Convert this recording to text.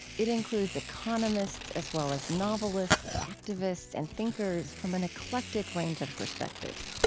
it includes economists as well as novelists, activists, and thinkers from an eclectic range of perspectives,